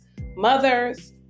mothers